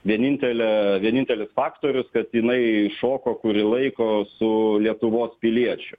vienintelė vienintelis faktorius kad jinai šoko kurį laiko su lietuvos piliečiu